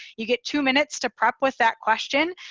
you get two minutes to prep with that question.